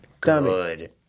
good